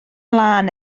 lân